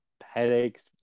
Headaches